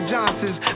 Johnsons